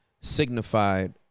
signified